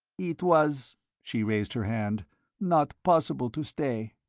it was she raised her hand not possible to stay.